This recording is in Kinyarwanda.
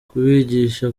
kubigisha